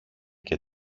και